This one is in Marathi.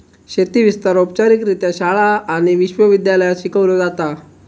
शेती विस्तार औपचारिकरित्या शाळा आणि विश्व विद्यालयांत शिकवलो जाता